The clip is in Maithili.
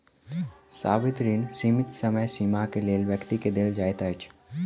सावधि ऋण सीमित समय सीमा के लेल व्यक्ति के देल जाइत अछि